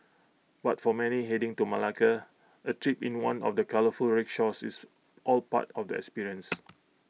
but for many heading to Malacca A trip in one of the colourful rickshaws is all part of the experience